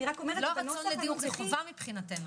זה לא הרצון לדיון, זה חובה מבחינתנו.